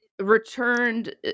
returned